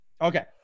Okay